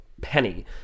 penny